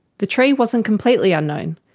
the tree wasn't completely unknown,